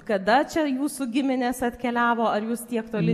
kada čia jūsų giminės atkeliavo ar jūs tiek toli